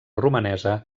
romanesa